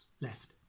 left